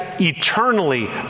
eternally